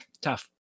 tough